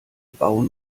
bauen